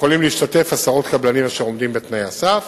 יכולים להשתתף עשרות קבלנים אשר עומדים בתנאי הסף.